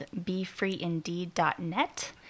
BeFreeIndeed.net